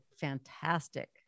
fantastic